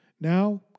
Now